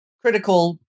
critical